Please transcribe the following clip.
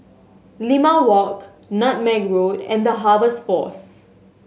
Limau Walk Nutmeg Road and The Harvest Force